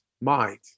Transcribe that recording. mind